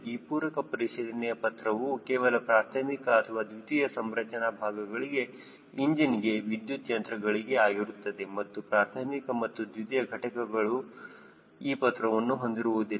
ಈ ಪೂರಕ ಪರಿಶೀಲನೆಯ ಪತ್ರವು ಕೇವಲ ಪ್ರಾರ್ಥಮಿಕ ಅಥವಾ ದ್ವಿತೀಯ ಸಂರಚನಾ ಭಾಗಗಳಿಗೆ ಇಂಜಿನ್ ಗೆ ವಿದ್ಯುತ್ ಯಂತ್ರಗಳಿಗೆ ಆಗಿರುತ್ತದೆ ಮತ್ತು ಪ್ರಾರ್ಥಮಿಕ ಹಾಗೂ ದ್ವಿತಿಯ ಘಟಕಗಳನ್ನು ಈ ಪತ್ರವು ಹೊಂದಿರುವುದಿಲ್ಲ